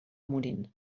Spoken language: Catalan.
morint